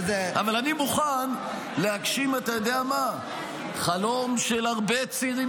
אבל אני מוכן להגשים חלום של הרבה צעירים